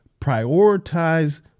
prioritize